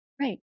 Right